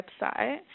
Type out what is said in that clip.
website